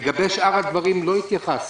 לגבי שאר הדברים לא התייחסת.